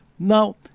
Now